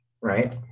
right